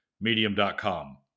medium.com